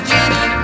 Jenny